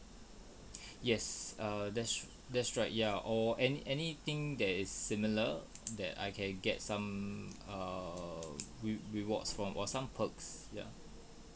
yes err that's that's right ya or any anything that is similar that I can get some err re~ rewards from or some perks ya